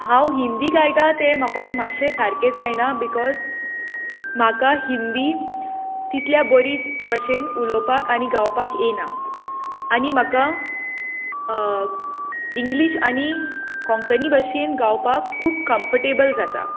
हांव हिंदी गायता तें म्हाकोडे मात्शें सारकें जायना बिकॉज म्हाका हिंदी तितल्या बोरी भशेन उलोवपाक आनी गावपाक येयना आनी म्हाका इंग्लीश आनी कोंकनी भाशेन गावपाक खूप कंफटेबल जाता